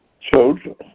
children